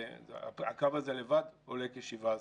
הקו הזה לבד עולה כ-17 מיליארד.